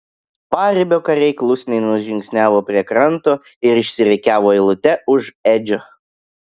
paribio kariai klusniai nužingsniavo prie kranto ir išsirikiavo eilute už edžio